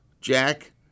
Jack